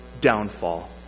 downfall